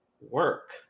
work